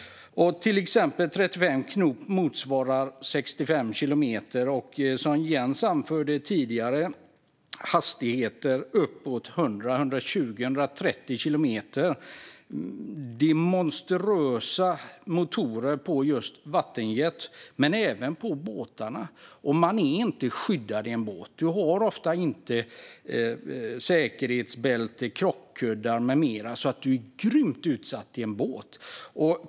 Till exempel 35 knop motsvarar 65 kilometer i timmen. Jens Holm anförde tidigare hastigheter uppåt 100-130 kilometer i timmen. Det är monstruösa motorer på just vattenjetbåtar och även på vanliga båtar. Du är inte skyddad i en båt. Det finns ofta inte säkerhetsbälten, krockkuddar med mera. Därför är du grymt utsatt i en båt.